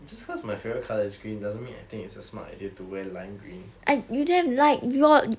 just because my favourite colour is green doesn't mean I think it's a smart colour to wear lime green